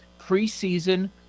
Preseason